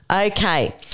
Okay